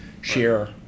share